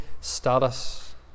status